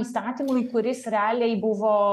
įstatymui kuris realiai buvo